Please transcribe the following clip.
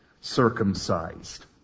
circumcised